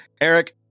Eric